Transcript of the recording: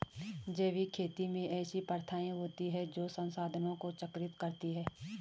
जैविक खेती में ऐसी प्रथाएँ होती हैं जो संसाधनों को चक्रित करती हैं